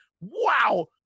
Wow